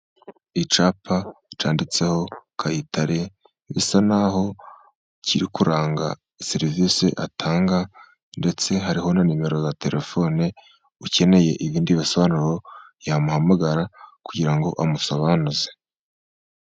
Icuapa cyanditseho kayitare, bisa n'aho kiri kuranga serivisi atanga, ndetse hariho na nimero za terefone, ukeneye ibindi bisobanuro yamuhamagara, kugira ngo amusobanuze.